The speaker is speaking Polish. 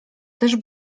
też